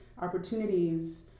opportunities